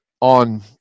on